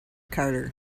carter